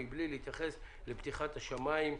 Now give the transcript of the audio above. מבלי להתייחס לפתיחת השמים.